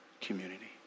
community